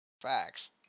facts